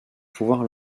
pouvoir